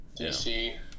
DC